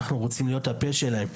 אנחנו רוצים להיות הפה שלהם.